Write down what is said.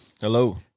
Hello